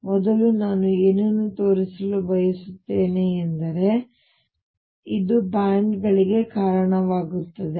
ನಾನು ಮೊದಲು ನಾನು ಏನನ್ನು ತೋರಿಸಲು ಬಯಸುತ್ತೇನೆ ಎಂದರೆ ಇದು ಬ್ಯಾಂಡ್ ಗಳಿಗೆ ಕಾರಣವಾಗುತ್ತದೆ